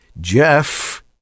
Jeff